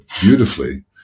beautifully